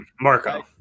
Marco